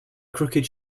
crooked